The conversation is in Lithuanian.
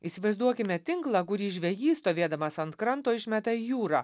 įsivaizduokime tinklą kurį žvejys stovėdamas ant kranto išmeta į jūrą